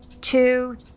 two